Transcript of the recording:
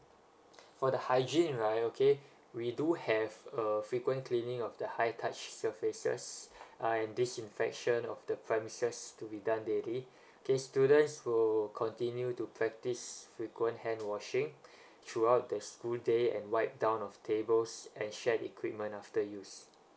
for the hygiene right okay we do have a frequent cleaning of the high touch surfaces and uh disinfection of the premises to be done daily okay students will continue to practise frequent hand washing throughout the school day and wipe down of tables and shared equipment after use